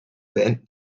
beenden